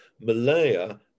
Malaya